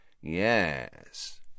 Yes